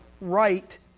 right